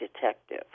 detective